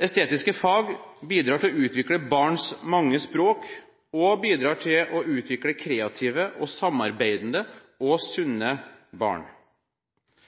Estetiske fag bidrar til å utvikle barns mange språk og til å utvikle kreative, samarbeidende og